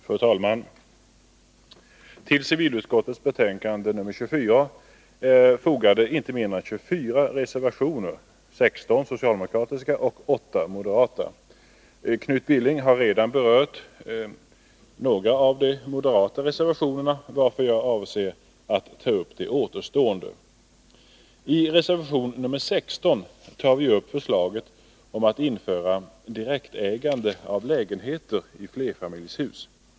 Fru talman! Till civilutskottets betänkande nr 24 är inte mindre än 24 reservationer fogade, 16 socialdemokratiska och 8 moderata. Knut Billing har redan berört några av de moderata reservationerna, varför jag avser att ta upp de återstående. I reservation nr 16 tar vi upp förslaget om att införa direktägande av lägenheter i flerfamiljshus.